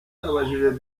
yabajije